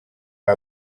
amb